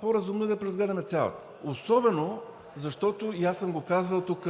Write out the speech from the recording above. по-разумно е да я преразгледаме цялата, особено защото, и аз съм го казвал тук